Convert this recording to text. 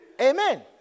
Amen